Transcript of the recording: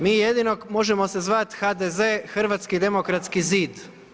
Mi jedno možemo se zvati HDZ Hrvatski demokratski zid.